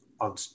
on